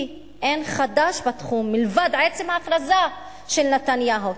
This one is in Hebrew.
כי אין חדש בתחום מלבד עצם ההכרזה של נתניהו.